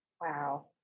wow